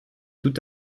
tout